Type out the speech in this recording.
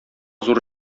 зур